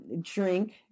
drink